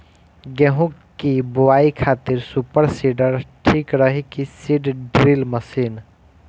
गेहूँ की बोआई खातिर सुपर सीडर ठीक रही की सीड ड्रिल मशीन?